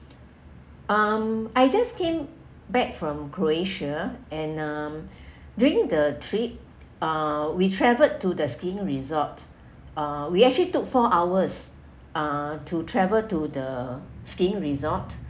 um I just came back from croatia and um during the trip uh we travelled to the skiing resort uh we actually took four hours uh to travel to the skiing resort